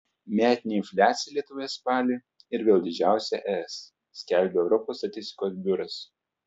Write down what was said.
metinė infliacija lietuvoje spalį ir vėl didžiausia es skelbia europos statistikos biuras